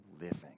living